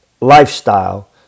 lifestyle